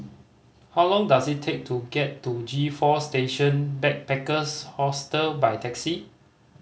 how long does it take to get to G Four Station Backpackers Hostel by taxi